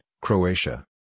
Croatia